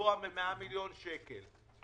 גבוה מ-100 מיליון שקל.